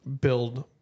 build